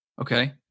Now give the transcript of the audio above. Okay